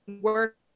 work